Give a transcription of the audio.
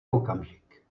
okamžik